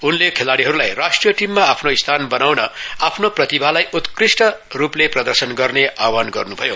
उनले खेलाडीहरूलाई राष्ट्रिय टीममा आफ्नो स्थान बनाउन आफनो प्रतिभालाई उत्कृष्ट रूपले प्रदर्शन गर्न आहवान गर्नुभयो